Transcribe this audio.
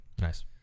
nice